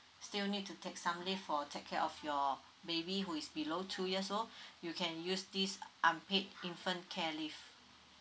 still need to take some leave for take care of your baby who is below two years old you can use this uh unpaid infant care leave